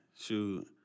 shoot